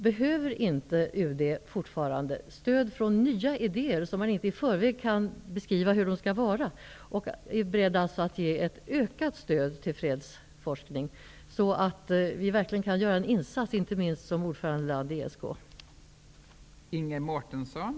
Behöver inte UD fortfarande stöd i form av nya idéer, som man inte i förväg kan beskriva? Därmed skulle ett ökat stöd kunna ges till fredsforskning så att Sverige, inte minst som ordförandeland i ESK, kan göra en insats.